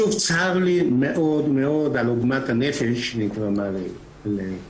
שוב, צר לי מאוד מאוד על עוגמת הנפש שנגרמה להילה.